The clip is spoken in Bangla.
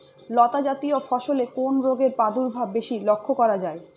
লতাজাতীয় ফসলে কোন রোগের প্রাদুর্ভাব বেশি লক্ষ্য করা যায়?